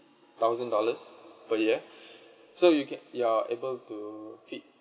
thousand dollars per year so you can you are able to fit